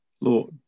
Lord